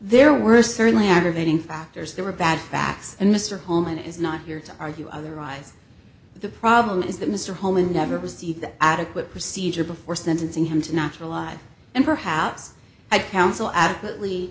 there were certainly aggravating factors there were bad facts and mr holman is not here to argue otherwise the problem is that mr holman never received that adequate procedure before sentencing him to not alive and perhaps i counsel adequately